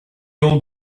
old